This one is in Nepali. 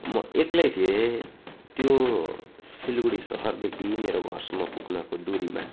म एक्लै थिएँ त्यो सिलगडी सहरदेखि मेरो घरसम्म पुग्नको दुरीमा